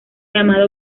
llamada